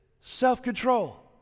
self-control